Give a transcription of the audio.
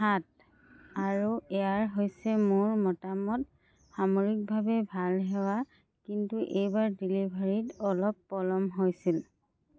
সাত আৰু এয়াৰ হৈছে মোৰ মতামত সামগ্ৰিকভাৱে ভাল সেৱা কিন্তু এইবাৰ ডেলিভাৰীত অলপ পলম হৈছিল